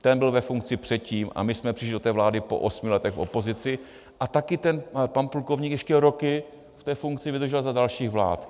Ten byl ve funkci předtím a my jsme přišli do té vlády po osmi letech v opozici a taky ten pan plukovník ještě roky v té funkci vydržel za dalších vlád.